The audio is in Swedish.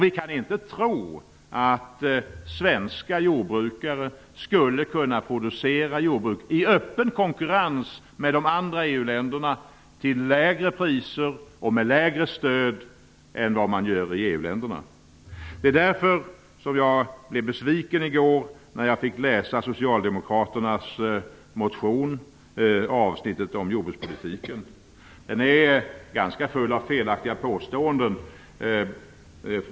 Vi kan inte tro att svenska jordbrukare skall kunna producera livsmedel i öppen konkurrens med de andra EU-länderna till lägre priser och med lägre stöd. Därför blev jag besviken i går när jag fick läsa avsnittet om jordbrukspolitiken i socialdemokraternas motion. Det är fullt av felaktiga påståenden.